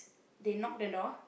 they knock the door